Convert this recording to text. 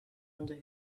under